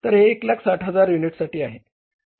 तर हे 160000 युनिटसाठी आहे